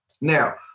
Now